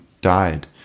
died